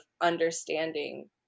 understanding